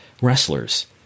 wrestlers